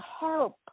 help